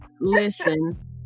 Listen